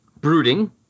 brooding